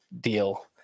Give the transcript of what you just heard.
deal